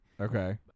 Okay